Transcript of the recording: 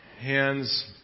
hands